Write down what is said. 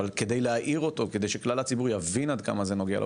אבל כדי להעיר אותו וכדי שכלל הציבור יבין עד כמה זה נוגע לו,